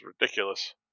ridiculous